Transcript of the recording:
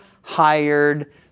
hired